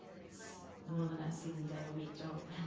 it's more than a seven day a week job.